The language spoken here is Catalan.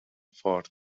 fort